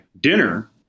dinner